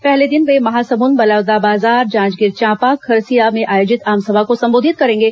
पहले दिन वे महासमुद बलौदाबाजार जांजगीर चांपा और खरसिया में आयोजित आमसभा को संबोधित करेंगे